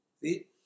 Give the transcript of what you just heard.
See